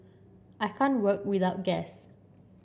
I can't work without gas